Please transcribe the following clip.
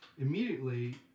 Immediately